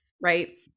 right